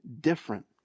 different